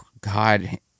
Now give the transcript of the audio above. God